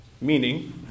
Meaning